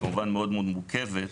כמובן מאוד מאוד מורכבת,